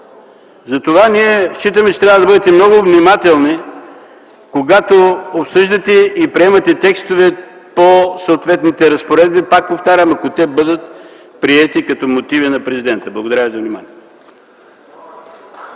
Ние смятаме, че трябва да бъдете много внимателни, когато обсъждате и приемате текстове по съответните разпоредби, пак повтарям, ако те бъдат приети като мотиви на президента. Благодаря ви за вниманието.